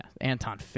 anton